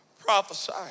prophesy